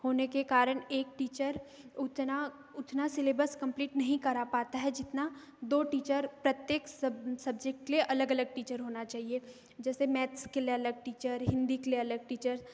होने के कारण एक टीचर उतना उतना सिलेबस कंप्लीट नहीं करा पाता है जितना दो टीचर प्रत्येक सब सब्जेक्ट के लिए अलग अलग टीचर होना चाहिए जैसे मैथ्स के लिए अलग टीचर हिंदी के लिए अलग टीचर